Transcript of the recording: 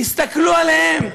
תסתכלו עליהם.